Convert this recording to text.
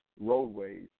roadways